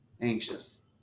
anxious